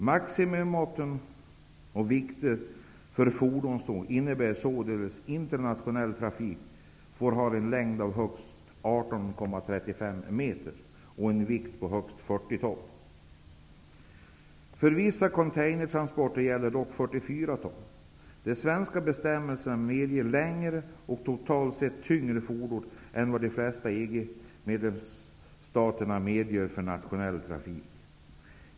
Maximimått och vikter för fordonståg innebär att sådana i internationell trafik får ha en längd av högst 18,35 meter och en vikt av högst 40 ton. De svenska bestämmelserna medger längre och totalt sett tyngre fordon än vad flera av EG:s medlemsstater medger för nationell trafik.